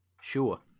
sure